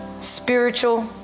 spiritual